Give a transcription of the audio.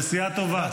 נסיעה טובה.